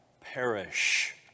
perish